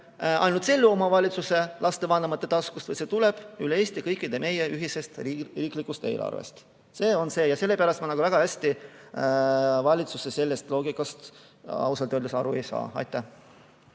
ainult selle omavalitsuse lastevanemate taskust, vaid see tuleb üle Eesti meie kõikide ühisest riiklikust eelarvest. See on see. Sellepärast ma väga hästi valitsuse loogikast ausalt öeldes aru ei saa. Aitäh!